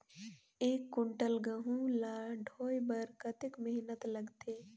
एक कुंटल गहूं ला ढोए बर कतेक मेहनत लगथे?